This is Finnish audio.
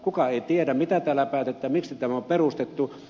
kukaan ei tiedä mitä täällä päätetään miksi tämä on perustettu